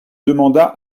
demanda